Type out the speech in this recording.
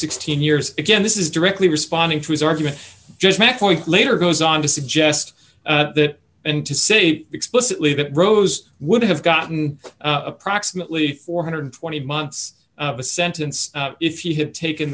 sixteen years again this is directly responding to his argument just met point later goes on to suggest that and to say explicitly that rose would have gotten approximately four hundred and twenty months of a sentence if he had taken